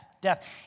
death